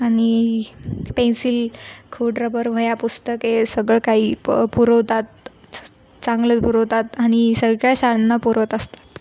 आणि पेन्सिल खोडरबर वह्या पुस्तके सगळं काही प पुरवतात च चांगलं पुरवतात आणि सगळ्या शाळांना पुरवत असतात